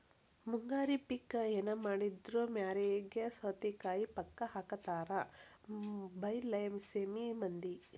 ಮುಂಗಾರಿ ಪಿಕ್ ಎನಮಾಡಿದ್ರು ಮ್ಯಾರಿಗೆ ಸೌತಿಕಾಯಿ ಪಕ್ಕಾ ಹಾಕತಾರ ಬೈಲಸೇಮಿ ಮಂದಿ